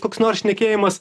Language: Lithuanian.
koks nors šnekėjimas